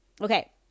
Okay